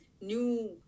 new